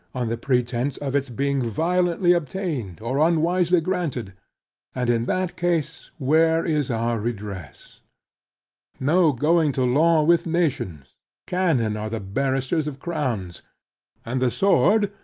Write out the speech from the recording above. on the pretence, of its being violently obtained, or unwisely granted and in that case, where is our redress no going to law with nations cannon are the barristers of crowns and the sword,